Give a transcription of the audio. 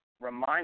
remind